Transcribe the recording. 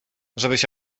żebyś